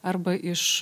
arba iš